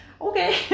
okay